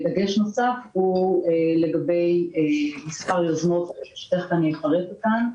דגש נוסף הוא לגבי מספר יוזמות, שתיכף אפרט אותן.